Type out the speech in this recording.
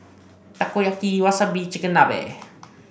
Takoyaki Wasabi and Chigenabe